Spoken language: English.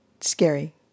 scary